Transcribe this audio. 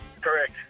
Correct